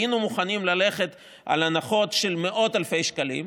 היינו מוכנים ללכת על הנחות של מאות אלפי שקלים,